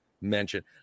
mention